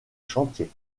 chantier